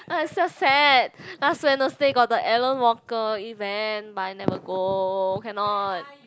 !aiyo! so sad last Wednesday got the AlanWalker event but I never go cannot